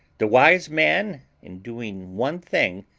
the wise man, in doing one thing,